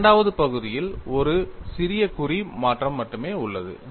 இரண்டாவது பகுதியில் ஒரு சிறிய குறி மாற்றம் மட்டுமே உள்ளது